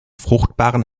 fruchtbaren